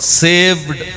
saved